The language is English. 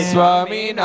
Swami